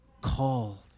called